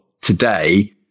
today